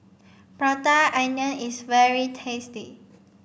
Prata Onion is very tasty